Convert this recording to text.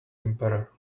emperor